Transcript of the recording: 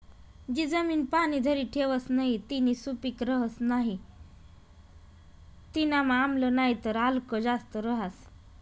जी जमीन पाणी धरी ठेवस नही तीनी सुपीक रहस नाही तीनामा आम्ल नाहीतर आल्क जास्त रहास